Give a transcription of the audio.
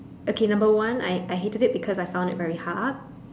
okay number one I I hated it because I found it very hard